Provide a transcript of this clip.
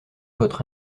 votre